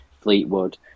Fleetwood